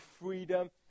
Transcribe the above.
freedom